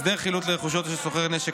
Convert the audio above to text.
הסדר חילוט לרכושו של סוחר נשק),